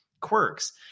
quirks